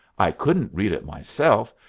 i couldn't read it myself,